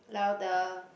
louder